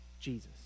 Jesus